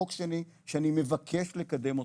חוק שני שאני מבקש לקדם אותו,